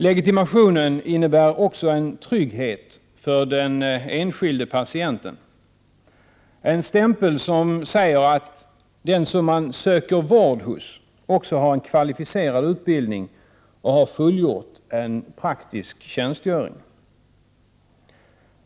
Legitimationen innebär också en trygghet för den enskilde patienten, en stämpel, som säger att den som man söker vård hos också har en kvalificerad utbildning och har fullgjort en praktisk tjänstgöring.